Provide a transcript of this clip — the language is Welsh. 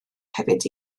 hefyd